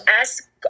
ask